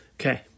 Okay